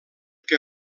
que